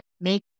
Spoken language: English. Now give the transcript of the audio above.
Make